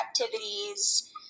activities